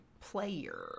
player